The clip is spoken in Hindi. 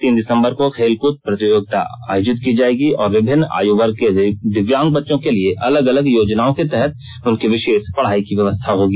तीन दिसंबर को खेलकूद प्रतियोगिता आयोजित की जायेगी और विभिन्न आयु वर्ग के दिव्यांग बच्चों के लिए अलग अलग योजनाओं के तहत उनकी विशेष पढ़ाई की व्यवस्था होगी